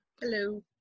hello